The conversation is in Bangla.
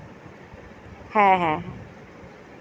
হ্যাঁ হ্যাঁ হ্যাঁ